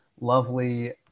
lovely